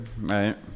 right